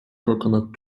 coconut